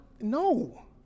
no